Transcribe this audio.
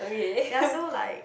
ya so like